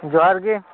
ᱡᱚᱦᱟᱨᱜᱤ